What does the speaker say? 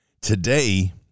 Today